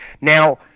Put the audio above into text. Now